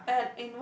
ya